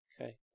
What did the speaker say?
Okay